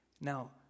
Now